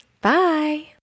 Bye